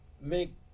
make